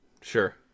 sure